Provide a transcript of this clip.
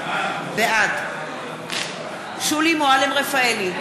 בעד שולי מועלם-רפאלי,